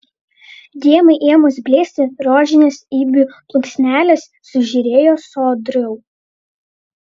dienai ėmus blėsti rožinės ibių plunksnelės sužėrėjo sodriau